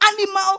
animal